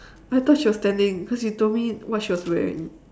I thought she was standing because you told me what she was wearing